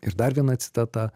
ir dar viena citata